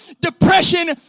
Depression